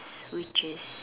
which is